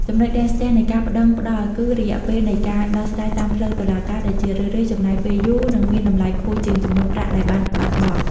ចំណុចរាំងស្ទះនៃការប្ដឹងផ្ដល់គឺ "រយៈពេលនៃការដោះស្រាយតាមផ្លូវតុលាការ" ដែលជារឿយៗចំណាយពេលយូរ និងមានតម្លៃខ្ពស់ជាងចំនួនប្រាក់ដែលបានបាត់បង់។